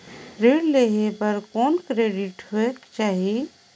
ऋण लेहे बर कौन क्रेडिट होयक चाही?